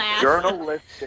journalistic